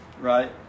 right